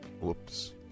whoops